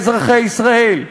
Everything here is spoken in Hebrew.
לאזרחי ישראל.